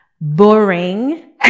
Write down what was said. boring